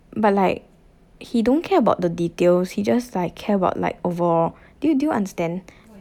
but like he don't care about the details he just like care about like overall do you do you understand